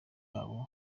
bwabo